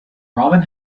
robin